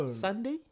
Sunday